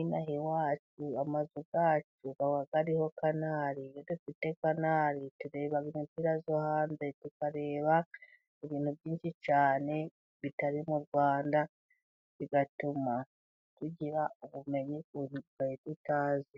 inaha iwacu amazu yacu aba ariho kanari, dufite kanari tureba imipira yo hanze, tukareba ibintu byinshi cyane bitari mu Rwanda, bigatuma tugira ubumenyi bwari butazwi.